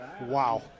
Wow